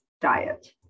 diet